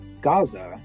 Gaza